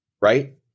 Right